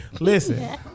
Listen